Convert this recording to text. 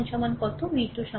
V 2 সমান কত ঠিক